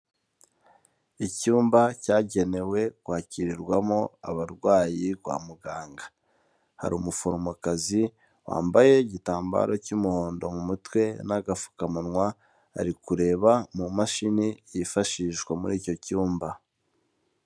Icyumba cyagenewe kwakirirwamo abarwayi kwa muganga, hari umuforomokazi wambaye igitambaro cy'umuhondo mu mutwe n'agapfukamunwa ari kureba mu mashini yifashishwa muri icyo cyumba.